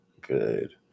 good